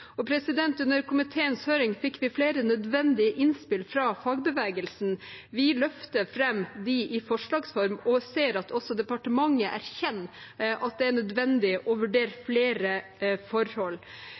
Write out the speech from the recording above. Under komiteens høring fikk vi flere nødvendige innspill fra fagbevegelsen. Vi løfter fram dem i forslagsform og ser at også departementet erkjenner at det er nødvendig å vurdere